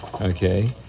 Okay